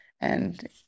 And-